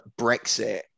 Brexit